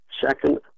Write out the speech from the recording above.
second